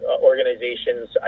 organizations